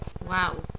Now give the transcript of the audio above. Wow